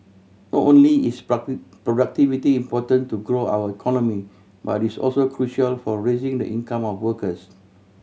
not only is productivity important to grow our economy but it's also crucial for raising the income of workers